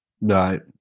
Right